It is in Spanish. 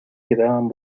quedaban